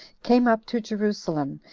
came up to jerusalem,